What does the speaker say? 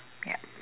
yup